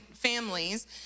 families